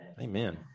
Amen